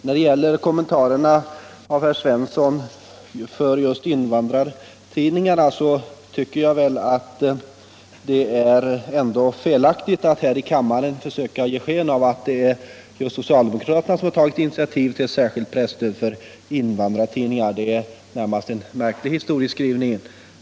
När det gäller herr Svenssons kommentarer i fråga om invandrartid | ningarna tycker jag att det är felaktigt att här i kammaren försöka ge sken av att det just är socialdemokraterna som tagit initiativ till ett särskilt | presstöd för invandrartidningar. Det är närmast en märklig historieskrivning.